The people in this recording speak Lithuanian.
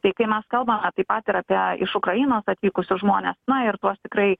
tai kai mes kalbam taip pat ir apie iš ukrainos atvykusius žmones na ir tuos tikrai